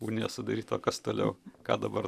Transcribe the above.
unija sudaryta o kas toliau ką dabar